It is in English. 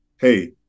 Hey